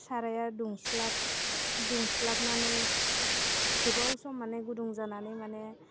साराया दुंस्लाब दुंस्लाबनानै गोबाव सम माने गुदुं जानानै माने